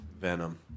Venom